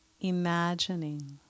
imagining